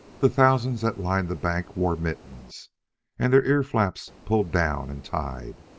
the thousands that lined the bank wore mittens and their ear-flaps pulled down and tied.